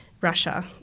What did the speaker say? Russia